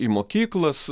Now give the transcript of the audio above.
į mokyklas